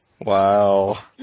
Wow